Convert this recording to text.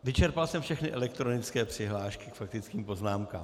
Vyčerpal jsem všechny elektronické přihlášky k faktickým poznámkám.